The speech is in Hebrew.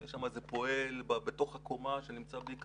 יש שם פועל בתוך הקומה שנמצא בלי קסדה,